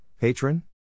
patron